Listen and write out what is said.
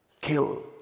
kill